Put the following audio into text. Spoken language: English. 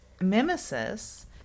Mimesis